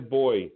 boy